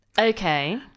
Okay